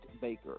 Baker